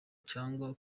cyangwa